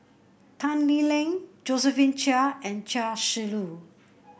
Tan Lee Leng Josephine Chia and Chia Shi Lu